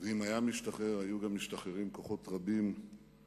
ואם היה משתחרר היו משתחררים גם כוחות רבים לפיתוח,